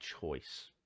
choice